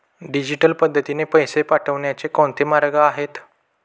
Digital पद्धतीने पैसे पाठवण्याचे कोणते मार्ग आहेत?